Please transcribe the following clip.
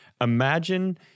imagine